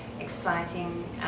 exciting